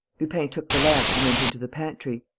lupin took the lamp and went into the pantry.